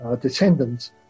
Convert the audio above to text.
descendants